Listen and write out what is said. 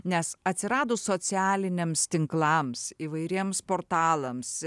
nes atsiradus socialiniams tinklams įvairiems portalams